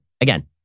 Again